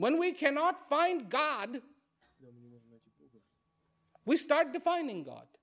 when we cannot find god we start defining god